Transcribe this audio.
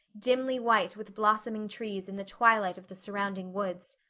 dimly white with blossoming trees in the twilight of the surrounding woods.